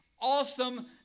awesome